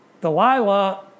Delilah